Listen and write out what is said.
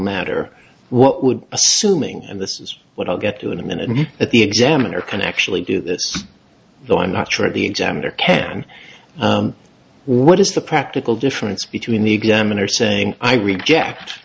matter what would assuming and this is what i'll get to in a minute at the examiner can actually do this though i'm not sure the examiner can what is the practical difference between the gammon are saying i reject